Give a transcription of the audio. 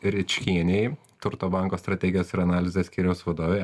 ričkienei turto banko strategijos ir analizės skyriaus vadovei